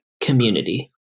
community